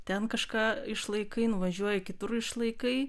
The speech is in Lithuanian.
ten kažką išlaikai nuvažiuoji kitur išlaikai